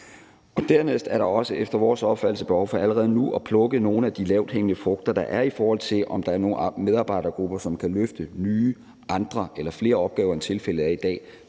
Dernæst er der også efter vores opfattelse behov for allerede nu at plukke nogle af de lavthængende frugter, der er, i forhold til om der er nogle medarbejdergrupper, som kan løfte nye, andre eller flere opgaver, end tilfældet er i dag,